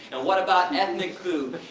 and what about ethnic food,